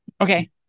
Okay